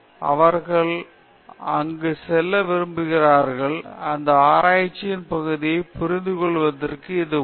அவர்கள் எங்கு செல்ல விரும்புகிறீர்களோ அந்த ஆராய்ச்சியின் பகுதியைப் புரிந்து கொள்வதற்கு இது உதவும்